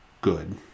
good